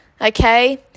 okay